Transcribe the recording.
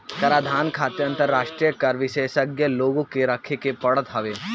कराधान खातिर अंतरराष्ट्रीय कर विशेषज्ञ लोग के रखे के पड़त हवे